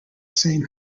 same